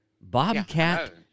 bobcat